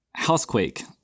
Housequake